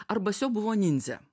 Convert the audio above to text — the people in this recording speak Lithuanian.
ar basio buvo nindze